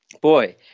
boy